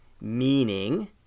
Meaning